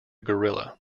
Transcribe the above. gorilla